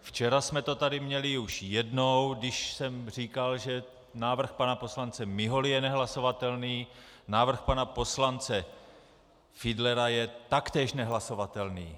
Včera jsme to tady měli už jednou, když jsem říkal, že návrh pana poslance Miholy je nehlasovatelný, návrh pana poslance Fiedlera je taktéž nehlasovatelný.